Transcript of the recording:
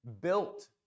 built